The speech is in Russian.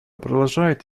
продолжает